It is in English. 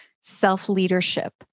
self-leadership